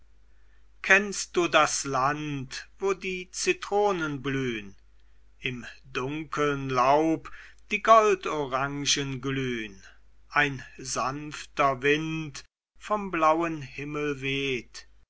kennst du das land wo die zitronen blühn im dunkeln laub die goldorangen glühn ein sanfter wind vom blauen himmel weht